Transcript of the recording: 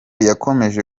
yakomeje